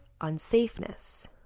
unsafeness